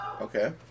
okay